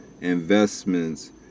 investments